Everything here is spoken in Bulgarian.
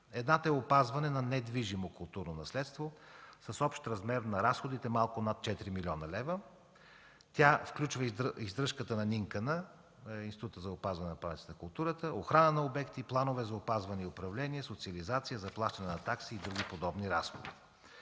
Едната е „Опазване на недвижимо културно наследство” с общ размер на разходите малко над 4 млн. лв. Тя включва издръжката на Институт за опазване паметниците на културата, охрана на обекти, планове за опазване и управление, социализация, заплащане на такси и други подобни разходи.